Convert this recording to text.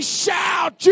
shout